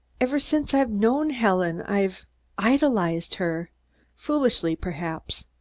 ever since i've known helen i've idolized her foolishly, perhaps.